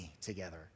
together